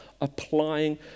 applying